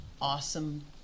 awesome